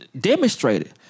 demonstrated